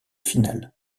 finale